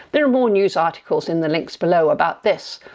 there are more news articles, in the links below about this.